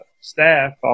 staff